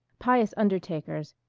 pious undertakers,